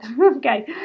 okay